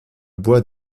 bois